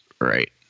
right